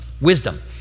wisdom